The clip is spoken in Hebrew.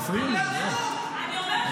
מפריעים לי, היו"ר.